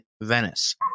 Venice